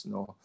No